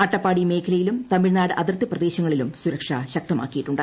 അട്ടപ്പാടി മേഖലയിലും തമിഴ്നാട് അതിർത്തി പ്രദേശങ്ങളിലും സുരക്ഷ ശക്തമാക്കിയിട്ടുണ്ട്